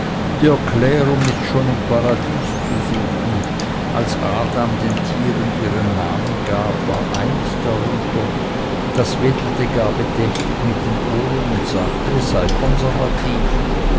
die erklärung ist schon im paradies zu suchen als adam den tieren ihren namen gab war eines darunter das wedelte gar bedächtig mit den ohren und sagte es sei konservativ